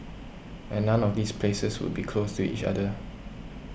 and none of these places would be close to each other